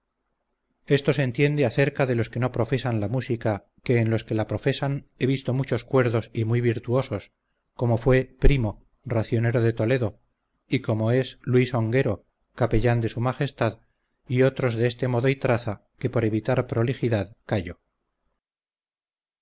esto se entiende acerca de los que no profesan la música que en los que la profesan he visto muchos cuerdos y muy virtuosos como fue primo racionero de toledo y como es luis onguero capellán de su majestad y otros de este modo y traza que por evitar prolijidad callo